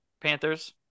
Panthers